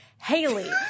Haley